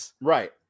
right